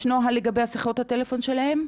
יש נוהל לגבי שיחות הטלפון שלהם?